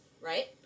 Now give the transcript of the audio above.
Right